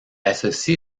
associe